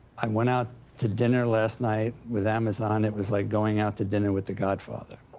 i went out to dinner last night with amazon, it was like going out to dinner with the godfather.